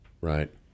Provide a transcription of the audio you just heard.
Right